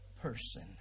person